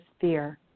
fear